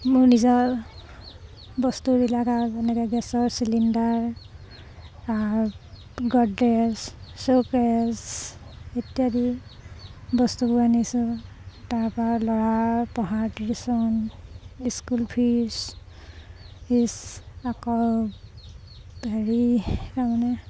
মোৰ নিজৰ বস্তুবিলাক আৰু এনেকে গেছৰ চিলিণ্ডাৰ গড্ৰেছ শ্ব'কেছ ইত্যাদি বস্তুবোৰ আনিছোঁ তাৰপা ল'ৰাৰ পঢ়াৰ টিউশ্যন স্কুল ফিজ ফিজ আকৌ হেৰি তাৰমানে